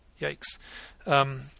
Yikes